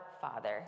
father